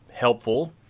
helpful